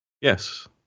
Yes